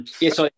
Yes